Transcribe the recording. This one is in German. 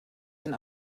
den